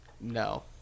no